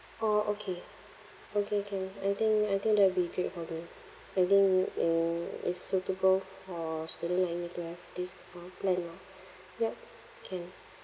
orh okay okay can I think I think that will be great for me and then it will it's suitable for student like me to have this uh plan lah yup can